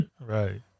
Right